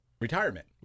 retirement